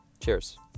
Cheers